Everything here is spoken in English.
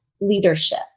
leadership